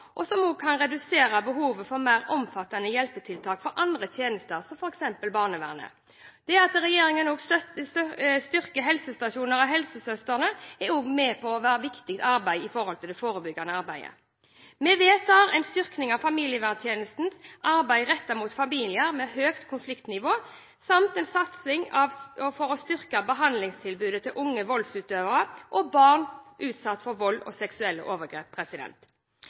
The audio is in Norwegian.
for barn, men kan også redusere behovet for mer omfattende hjelpetiltak fra andre tjenester, som f. eks. barnevernet. Det at regjeringen styrker bevilgningene til helsestasjoner og helsesøstrene, er også viktig i det forebyggende arbeidet. Vi vedtar en styrking av familieverntjenestenes arbeid rettet mot familier med høyt konfliktnivå samt en satsing for å styrke behandlingstilbudet til unge voldsutøvere og barn utsatt for vold og seksuelle overgrep.